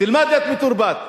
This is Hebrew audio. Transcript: תלמד להיות מתורבת.